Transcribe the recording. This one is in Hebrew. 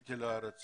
עליתי לארץ